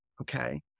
Okay